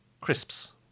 Crisps